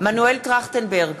מנואל טרכטנברג,